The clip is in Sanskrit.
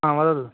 हा वदतु